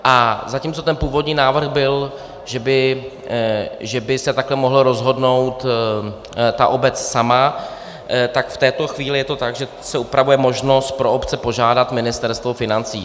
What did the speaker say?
A zatímco původní návrh byl, že by se takto mohla rozhodnout ta obec sama, tak v této chvíli je to tak, že se upravuje možnost pro obce požádat Ministerstvo financí.